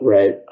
Right